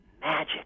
Magic